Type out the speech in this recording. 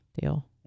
deal